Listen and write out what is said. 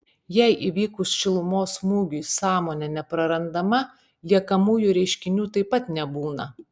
jei įvykus šilumos smūgiui sąmonė neprarandama liekamųjų reiškinių taip pat nebūna